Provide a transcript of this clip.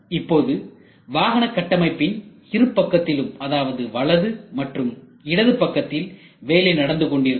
இப்போது வாகன கட்டமைப்பின் இருபக்கத்திலும் அதாவது வலது மற்றும் இடது பக்கத்தில் வேலை நடந்து கொண்டிருக்கும்